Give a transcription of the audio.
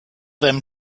them